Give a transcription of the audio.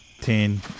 Ten